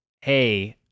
hey